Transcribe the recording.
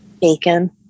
Bacon